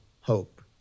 hope